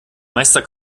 meister